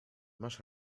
masz